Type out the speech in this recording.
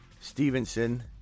Stevenson